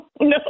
No